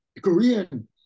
Korean